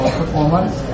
performance